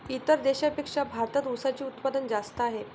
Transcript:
इतर देशांपेक्षा भारतात उसाचे उत्पादन जास्त आहे